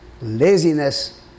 laziness